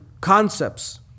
concepts